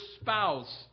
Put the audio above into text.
spouse